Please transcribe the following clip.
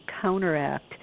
counteract